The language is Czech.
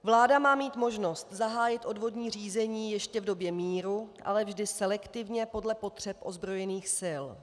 Vláda má mít možnost zahájit odvodní řízení ještě v době míru, ale vždy selektivně podle potřeb ozbrojených sil.